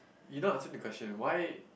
you not answering the question why